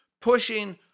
pushing